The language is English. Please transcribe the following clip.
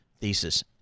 thesis